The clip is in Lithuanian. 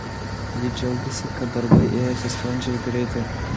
ji džiaugiasi kad darbai ėjosi sklandžiai ir greitai